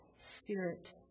spirit